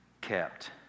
kept